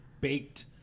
baked